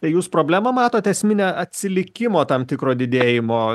tai jūs problemą matot esminę atsilikimo tam tikro didėjimo